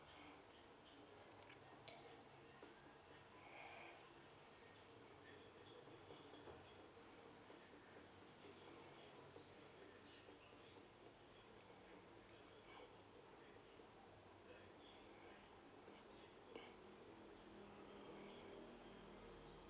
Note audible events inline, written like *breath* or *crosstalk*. *breath*